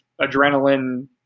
adrenaline